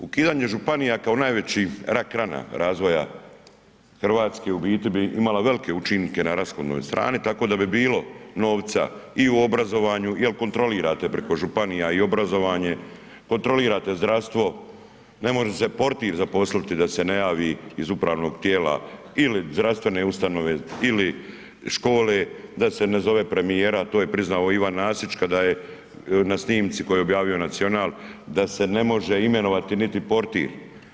Ukidanje županija kao najveća rak rana razvoja Hrvatske u biti bi imala velike učinke na rashodovnoj strani tako da bi bilo novca i u obrazovanju jer kontrolirate preko županija i obrazovanje, kontrolirate zdravstvo, ne može se portir zaposliti da se ne javi iz upravnog tijela ili zdravstvene ustanove ili škole, da se ne zove premijera, to je priznao Ivan Nasić kada je na snimci koju je objavi Nacional, da se ne može imenovati niti portir.